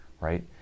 right